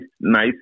nice